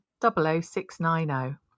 00690